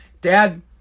Dad